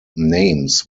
names